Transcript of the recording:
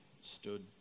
stood